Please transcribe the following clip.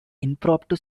impromptu